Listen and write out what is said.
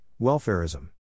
Welfarism